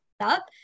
up